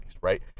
right